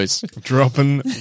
Dropping